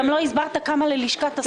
גם לא הסברת כמה ללשכת השר.